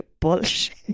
bullshit